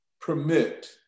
permit